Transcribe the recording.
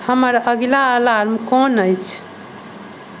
हमर अगिला अलार्म कओन अछि